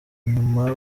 nyuma